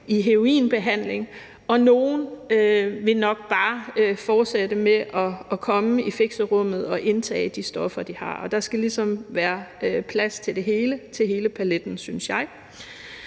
i heroinbehandling. Og nogle vil nok bare fortsætte med at komme i fixerummet og indtage de stoffer, de har. Der skal ligesom være plads til det hele og til hele paletten, synes jeg.